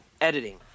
Editing